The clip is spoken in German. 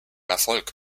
erfolg